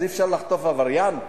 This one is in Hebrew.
אז אי-אפשר לחטוף עבריין?